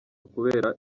kubera